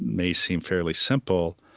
may seem fairly simple,